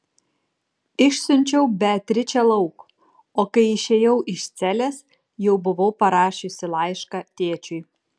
išsiunčiau beatričę lauk o kai išėjau iš celės jau buvau parašiusi laišką tėčiui